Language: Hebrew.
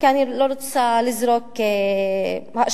כי אני לא רוצה לזרוק האשמות,